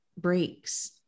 breaks